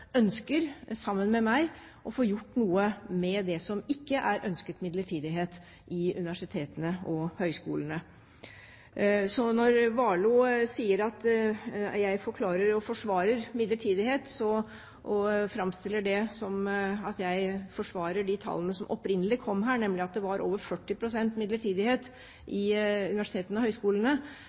sammen med meg, ønsker å få gjort noe med det som ikke er en ønsket midlertidighet ved universitetene og høgskolene. Når Warloe sier at jeg forklarer og forsvarer midlertidighet, og framstiller det som at jeg forsvarer de tallene som opprinnelig kom her, nemlig at det er over 40 pst. midlertidig ansatte ved universitetene og